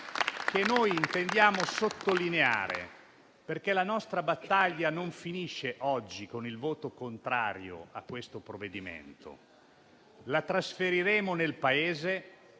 che noi intendiamo sottolineare, perché la nostra battaglia non finisce oggi, con il voto contrario a questo provvedimento. La trasferiremo nel Paese,